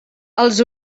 els